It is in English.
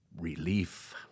relief